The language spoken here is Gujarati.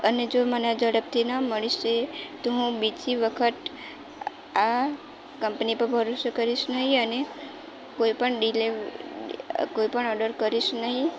અને જો મને ઝડપથી ન મળશે તો હું બીજી વખત આ કંપની પર ભરોસો કરીશ નહીં અને કોઈ પણ ડિલિવ કોઈ પણ ઓર્ડર કરીશ નહીં